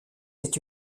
est